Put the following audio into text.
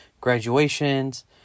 graduations